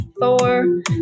four